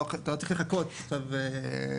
אתה לא צריך לחכות עכשיו שנה,